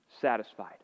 satisfied